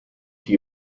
die